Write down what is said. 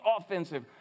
offensive